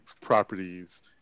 properties